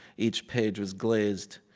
each page was glazed.